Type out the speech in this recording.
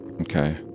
Okay